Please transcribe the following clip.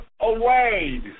away